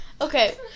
okay